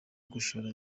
gushora